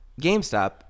GameStop